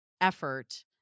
effort